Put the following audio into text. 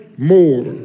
more